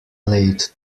late